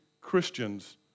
Christians